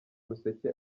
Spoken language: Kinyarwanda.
umuseke